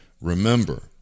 Remember